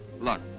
luck